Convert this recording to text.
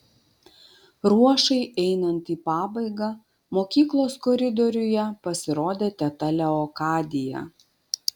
ruošai einant į pabaigą mokyklos koridoriuje pasirodė teta leokadija